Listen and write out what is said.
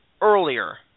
earlier